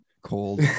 Cold